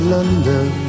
London